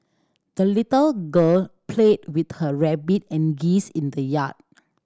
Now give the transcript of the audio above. the little girl played with her rabbit and geese in the yard